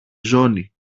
ζώνη